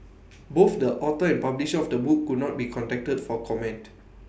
both the author and publisher of the book could not be contacted for comment